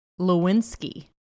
Lewinsky